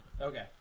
Okay